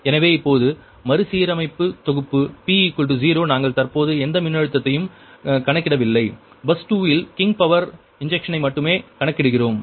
எனவே இப்போது மறுசீரமைப்பு தொகுப்பு p 0 நாங்கள் தற்போது எந்த மின்னழுத்தத்தையும் கணக்கிடவில்லை பஸ் 2 இல் கிங் பவர் இன்ஜெக்ஷனை மட்டுமே கணக்கிடுகிறோம்